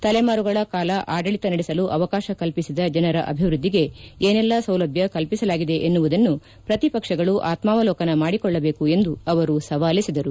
ತಲೆಮಾರುಗಳ ಕಾಲ ಆಡಳಿತ ನಡೆಸಲು ಅವಕಾಶ ಕಲ್ಪಿಸಿದ ಜನರ ಅಭಿವೃದ್ದಿಗೆ ಏನೆಲ್ಲಾ ಸೌಲಭ್ವ ಕಲ್ಪಿಸಲಾಗಿದೆ ಎನ್ನುವುದನ್ನು ಪ್ರತಿಪಕ್ಷಗಳು ಆತ್ಮಾವಲೋಕನ ಮಾಡಿಕೊಳ್ಳಬೇಕು ಎಂದು ಅವರು ಸವಾಲೆಸೆದರು